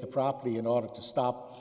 the property in order to stop